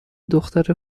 دختر